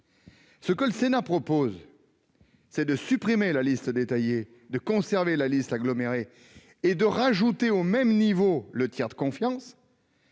Ce que la commission propose, c'est de supprimer la liste détaillée, de conserver la liste agglomérée et d'ajouter, au même niveau, le tiers de confiance.